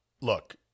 look